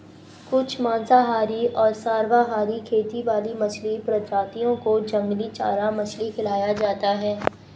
कुछ मांसाहारी और सर्वाहारी खेती वाली मछली प्रजातियों को जंगली चारा मछली खिलाया जाता है